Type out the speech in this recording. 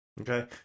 Okay